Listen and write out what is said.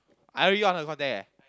I really got her contact eh